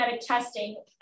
testing